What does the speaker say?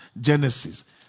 genesis